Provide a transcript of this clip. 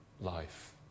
life